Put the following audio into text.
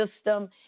system